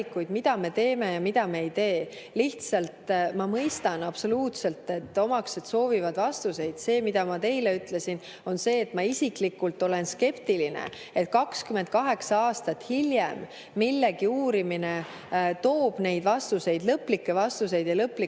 mida me teeme ja mida me ei tee. Lihtsalt ma mõistan absoluutselt, et omaksed soovivad vastuseid. See, mida ma teile ütlesin, on see, et ma isiklikult olen skeptiline, et 28 aastat hiljem millegi uurimine toob neid vastuseid, lõplikke vastuseid ja lõplikku selgust,